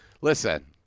listen